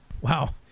Wow